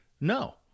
no